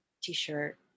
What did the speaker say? t-shirt